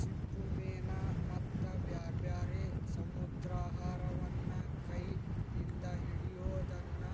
ಚಿಪ್ಪುಮೇನ ಮತ್ತ ಬ್ಯಾರ್ಬ್ಯಾರೇ ಸಮುದ್ರಾಹಾರವನ್ನ ಕೈ ಇಂದ ಹಿಡಿಯೋದನ್ನ